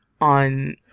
on